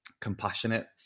compassionate